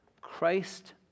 Christ